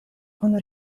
kun